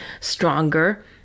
stronger